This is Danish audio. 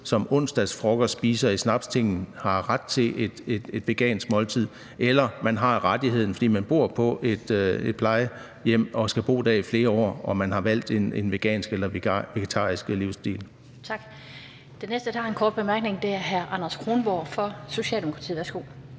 som onsdagsfrokostspiser i Snapstinget har ret til et vegansk måltid, eller om man har rettigheden, fordi man bor på et plejehjem og skal bo der i flere år, hvor man har valgt en vegansk eller vegetarisk livsstil. Kl. 11:32 Den fg. formand (Annette Lind): Tak. Den næste, der har en kort bemærkning, er hr. Anders Kronborg fra Socialdemokratiet. Værsgo.